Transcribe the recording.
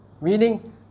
Meaning